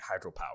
hydropower